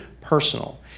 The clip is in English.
personal